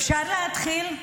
אפשר להתחיל?